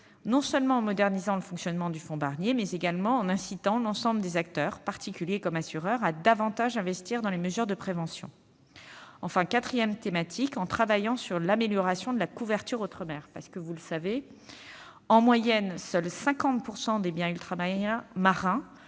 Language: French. non seulement en modernisant le fonctionnement du fonds Barnier, mais également en incitant l'ensemble des acteurs, particuliers comme assureurs, à davantage investir dans les mesures de prévention. La quatrième thématique est l'amélioration de la couverture outre-mer. En moyenne, seuls 50 % des biens ultramarins